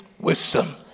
wisdom